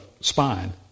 spine